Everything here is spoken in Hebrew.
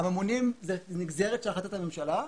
הממונים הם נגזרת של החלטת הממשלה.